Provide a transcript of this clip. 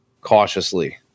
cautiously